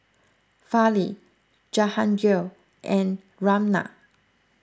Fali Jahangir and Ramnath